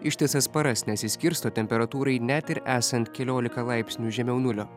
ištisas paras nesiskirsto temperatūrai net ir esant keliolika laipsnių žemiau nulio